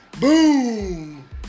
boom